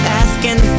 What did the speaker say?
asking